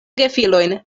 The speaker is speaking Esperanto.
gefilojn